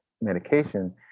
medication